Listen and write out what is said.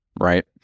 Right